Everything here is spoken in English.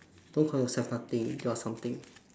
don't call yourself nothing you are something